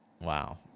Wow